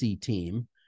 team